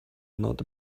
not